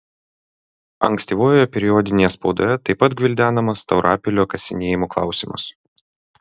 ankstyvojoje periodinėje spaudoje taip pat gvildenamas taurapilio kasinėjimų klausimas